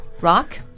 Rock